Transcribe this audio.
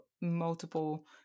multiple